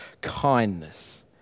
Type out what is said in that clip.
kindness